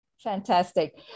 Fantastic